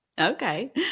Okay